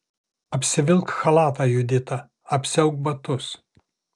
apsivilk chalatą judita apsiauk batus